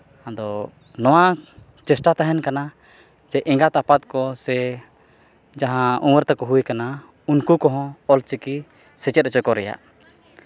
ᱟᱫᱚ ᱢᱟᱲᱟᱝ ᱪᱮᱥᱴᱟ ᱛᱟᱦᱮᱱ ᱠᱟᱱᱟ ᱡᱮ ᱮᱸᱜᱟᱛ ᱟᱯᱟᱛ ᱠᱚᱥᱮ ᱡᱟᱦᱟᱸ ᱩᱢᱟᱹᱨ ᱛᱟᱠᱚ ᱦᱩᱭ ᱠᱟᱱᱟ ᱩᱱᱠᱩ ᱠᱚᱦᱚᱸ ᱚᱞᱪᱤᱠᱤ ᱥᱮᱪᱮᱫ ᱦᱚᱪᱚ ᱠᱚ ᱨᱮᱭᱟᱜ